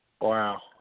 Wow